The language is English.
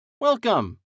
Welcome